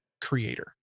creator